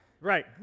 right